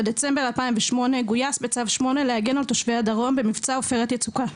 בדצמבר 2008 גויס בצו 8 להגן על תושבי הדרום במבצע "עופרת יצוקה".